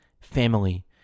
Family